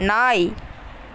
நாய்